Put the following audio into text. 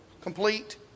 Complete